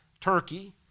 turkey